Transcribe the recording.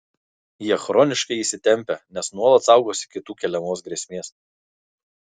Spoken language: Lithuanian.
jie chroniškai įsitempę nes nuolat saugosi kitų keliamos grėsmės